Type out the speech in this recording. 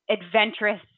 adventurous